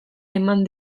eman